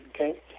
okay